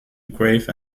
grave